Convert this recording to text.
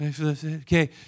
Okay